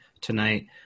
tonight